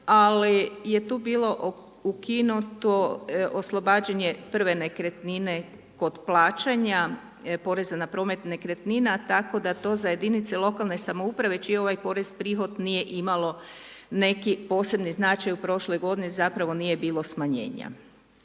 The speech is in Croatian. ali je tu bilo ukinuto oslobađanje prve nekretnine kod plaćanje poreza na promet nekretnina, tako da to za jedinice lokalne samouprave čije je ovaj porez prihod nije imalo neki posebni značaj u prošloj godini, zapravo nije bilo smanjenja.